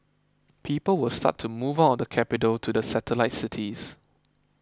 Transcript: people will start to move out the capital to the satellite cities